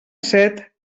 set